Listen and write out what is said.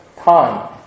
time